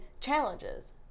challenges